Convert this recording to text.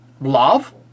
Love